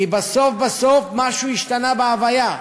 כי בסוף-בסוף משהו השתנה בהוויה,